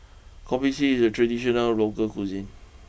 Kopi C is a traditional local cuisine